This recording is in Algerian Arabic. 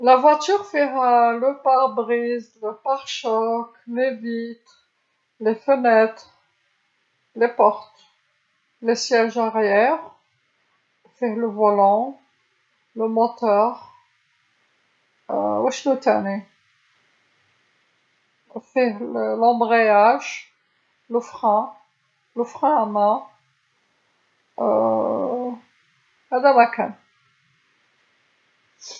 السيارة فيها الزجاج الأمامي، المصد، النوافذ، الأبواب، المقاعد الخلفية، عجلة القيادة، المحرك، وشنو تاني وفيه والقابض، هذا ماكان.